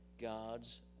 God's